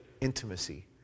intimacy